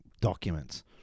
documents